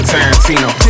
Tarantino